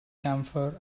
campfire